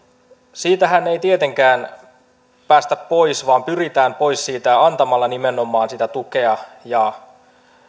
siitähän ei tietenkään päästä muuten pois kuin että pyritään pois siitä antamalla nimenomaan sitä tukea ja